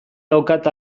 daukat